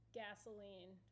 gasoline